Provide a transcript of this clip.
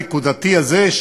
הנקודתי הזה,